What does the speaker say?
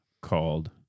called